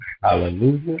Hallelujah